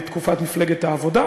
בתקופת מפלגת העבודה,